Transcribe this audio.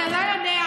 אתה לא יודע.